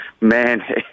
Man